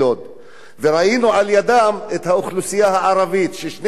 וראינו לידם את האוכלוסייה הערבית, ושתיהן סובלות